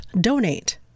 donate